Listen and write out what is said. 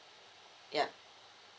yeah